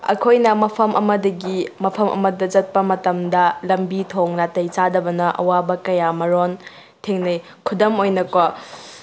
ꯑꯩꯈꯣꯏꯅ ꯃꯐꯝ ꯑꯃꯗꯒꯤ ꯃꯐꯝ ꯑꯃꯗ ꯆꯠꯄ ꯃꯇꯝꯗ ꯂꯝꯕꯤ ꯊꯣꯡ ꯅꯥꯇꯩ ꯆꯥꯗꯕꯅ ꯑꯋꯥꯕ ꯀꯌꯥ ꯑꯃꯔꯣꯝ ꯊꯦꯡꯅꯩ ꯈꯨꯗꯝ ꯑꯣꯏꯅꯀꯣ